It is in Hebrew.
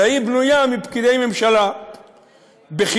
אלא היא בנויה מפקידי ממשלה בכירים.